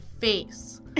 face